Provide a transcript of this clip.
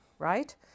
Right